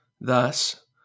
Thus